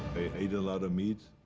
a lot of meat.